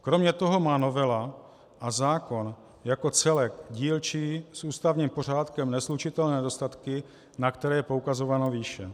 Kromě toho má novela a zákon jako celek dílčí s ústavním pořádkem neslučitelné nedostatky, na které je poukazováno výše.